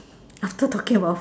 after talking about